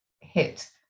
hit